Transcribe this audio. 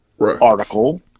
article